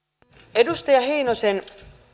edustaja heinosen